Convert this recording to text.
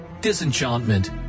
disenchantment